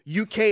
UK